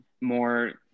more –